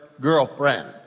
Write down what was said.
girlfriend